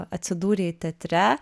atsidūrei teatre